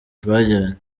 twagiranye